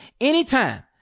anytime